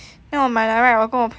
then 我买了 right 我跟我朋友